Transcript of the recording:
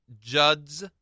Judd's